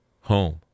home